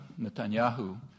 Netanyahu